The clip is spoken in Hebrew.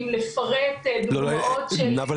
אם לפרט דוגמאות של --- נאוה,